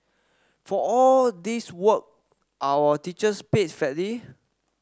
for all this work are our teachers paid fairly